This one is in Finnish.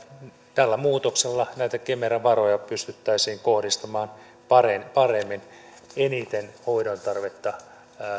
tällä muutoksella näitä kemera varoja pystyttäisiin kohdistamaan paremmin paremmin eniten hoidon tarvetta